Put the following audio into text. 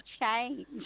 change